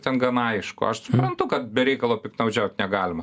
ten gana aišku aš suprantu kad be reikalo piktnaudžiaut negalima